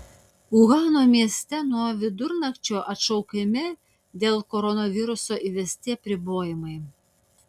uhano mieste nuo vidurnakčio atšaukiami dėl koronaviruso įvesti apribojimai